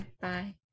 bye